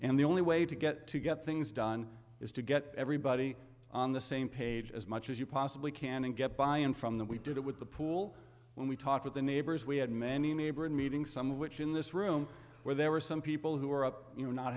and the only way to get to get things done is to get everybody on the same page as much as you possibly can and get buy in from them we did it with the pool when we talked with the neighbors we had many neighbors meeting some which in this room where there were some people who were up you know not